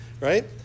Right